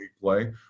play